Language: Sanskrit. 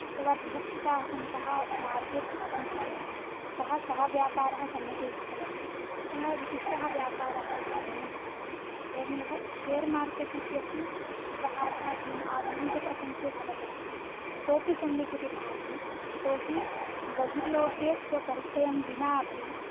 तदा बुभुक्षिताः सन्तः मार्गे खादन्ति बहु अतः सः व्यापारः सम्यगेव चलति सः विशिष्टः व्यापारः इति मे भाति एवमेव शेर् मार्केट् इत्यपि व्यवहारः अधुना आधुनिकप्रपञ्चे चलतस्ति सोऽपि सम्यकिति भाति यतोहि बहिर्लोके स्वपरिचयं विना अपि